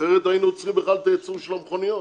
אחרת היינו עוצרים בכלל את הייצור של המכוניות,